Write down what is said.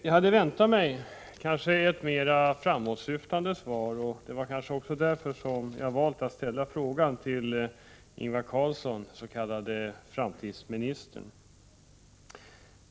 Jag hade väntat mig ett mer framåtsyftande svar, och det var också därför jag valde att ställa frågan till Ingvar Carlsson, den s.k. framtidsministern.